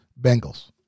Bengals